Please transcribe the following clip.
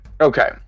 okay